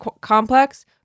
complex